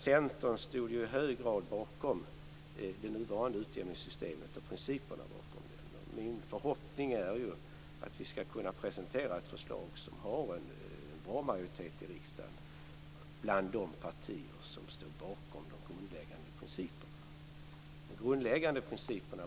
Centern stod ju i hög grad bakom det nuvarande systemet och principerna bakom det. Min förhoppning är att vi skall kunna presentera ett förslag som har en god majoritet i riksdagen bland de partier som stod bakom de grundläggande principerna.